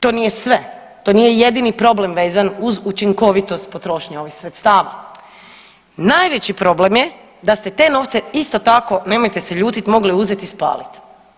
To nije sve, to nije jedini problem uz učinkovitost potrošnje ovih sredstava, najveći problem je da ste novce isto tako nemojte se ljutit, mogli uzet i spalit.